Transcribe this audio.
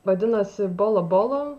vadinasi bolo bolo